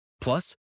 Plus